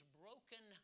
broken